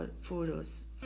photos